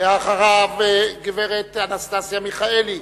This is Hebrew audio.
אחריו גברת אנסטסיה מיכאלי,